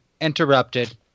interrupted